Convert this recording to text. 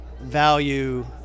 value